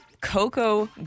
Coco